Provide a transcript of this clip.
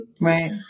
Right